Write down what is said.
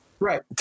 Right